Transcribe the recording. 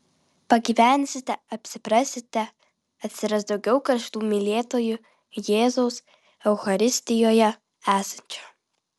pagyvensite apsiprasite atsiras daugiau karštų mylėtojų jėzaus eucharistijoje esančio